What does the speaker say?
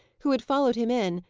who had followed him in,